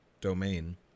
domain